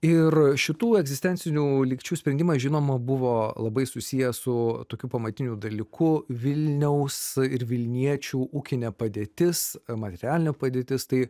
ir šitų egzistencinių lygčių sprendimas žinoma buvo labai susijęs su tokiu pamatiniu dalyku vilniaus ir vilniečių ūkinė padėtis materialinė padėtis tai